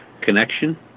connection